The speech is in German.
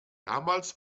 damals